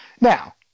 Now